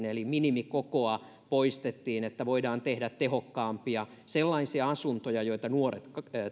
eli minimikokoa poistettiin että voidaan tehdä tehokkaampia asuntoja sellaisia joita nuoret